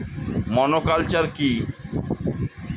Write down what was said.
Monoculture কি?